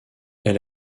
elle